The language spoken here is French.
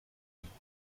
œuvres